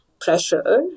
pressure